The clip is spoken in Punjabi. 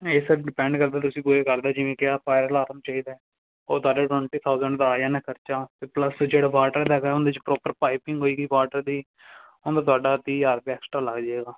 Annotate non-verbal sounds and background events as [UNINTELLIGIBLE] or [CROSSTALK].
ਨਹੀਂ ਸਰ ਡਿਪੈਂਡ ਕਰਦਾ ਤੁਸੀਂ ਪੂਰੇ ਘਰ ਦਾ ਜਿਵੇਂ ਕਿ ਆਹ ਫਾਇਰ ਅਲਾਰਮ ਚਾਹੀਦਾ ਉਹ ਤੁਹਾਡਾ [UNINTELLIGIBLE] ਥਾਊਜ਼ੈਂਡ ਦਾ ਆ ਜਾਣਾ ਖਰਚਾ ਅਤੇ ਪਲੱਸ ਜਿਹੜਾ ਵਾਟਰ ਹੈਗਾ ਉਹਦੇ 'ਚ ਪ੍ਰੋਪਰ ਪਾਈਪਿੰਗ ਹੋਏਗੀ ਵਾਟਰ ਦੀ ਉਹਦਾ ਤੁਹਾਡਾ ਤੀਹ ਹਜ਼ਾਰ ਰੁਪਏ ਐਕਸਟਰਾ ਲੱਗ ਜਾਏਗਾ